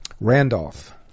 Randolph